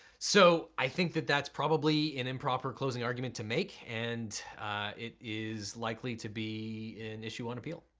so i think that that's probably an improper closing argument to make and it is likely to be an issue on appeal.